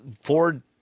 Ford